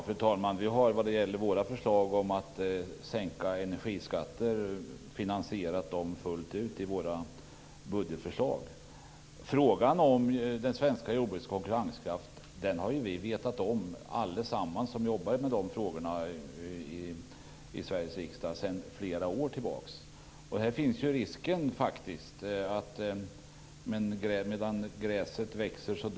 Fru talman! Vi har i våra budgetförslag fullt ut finansierat våra förslag om sänkning av energiskatterna. Alla vi som jobbar med de här frågorna i Sveriges riksdag har sedan flera år tillbaka känt till problemen med det svenska jordbrukets konkurrenskraft. Det finns faktiskt en risk för att medan gräset växer dör kon.